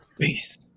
Peace